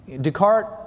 Descartes